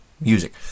music